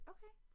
Okay